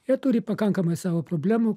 jie turi pakankamai savo problemų